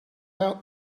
out